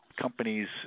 companies